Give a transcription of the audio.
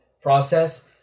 process